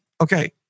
Okay